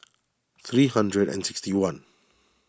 three hundred and sixty one